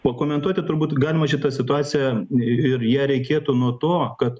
pakomentuoti turbūt galima šitą situaciją ir ją reikėtų nuo to kad